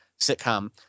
sitcom